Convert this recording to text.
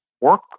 work